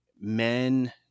Men